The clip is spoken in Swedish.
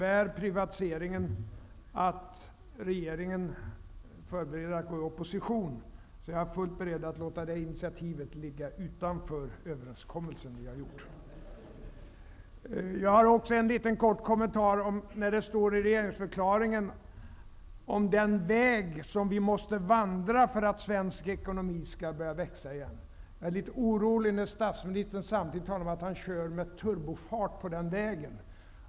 Om privatiseringen innebär att regeringen förbereder att gå i opposition, är jag fullt beredd att låta det initiativet ligga utanför den överenskommelse vi har träffat. Jag har också en kort kommentar om vad som står i regeringsförklaringen om den väg vi måste vandra för att svensk ekonomi skall börja växa igen. Jag blir litet orolig när statsministern samtidigt säger att han kör med turbofart på den vägen.